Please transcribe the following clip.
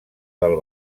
del